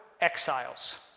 exiles